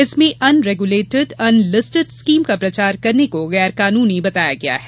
इसमें unregulated unlisted scheme का प्रचार करने को गैरकानूनी बनाया गया है